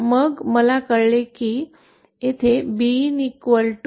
मग मला कळले की येथे BinJ 1